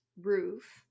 roof